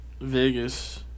Vegas